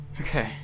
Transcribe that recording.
Okay